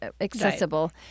Accessible